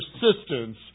persistence